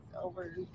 over